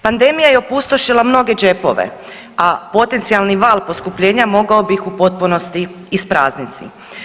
Pandemija je opustošila mnoge džepove, a potencijalni val poskupljenja mogao bi ih u potpunosti isprazniti.